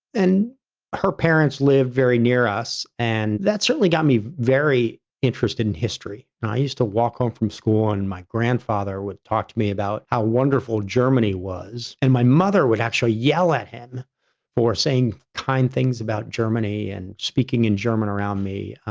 and her parents lived very near us, and that certainly got me very interested in history. i used to walk home from school and my grandfather would talk to me about how wonderful germany was. and my mother would actually yell at him for saying kind things about germany and speaking in german around me,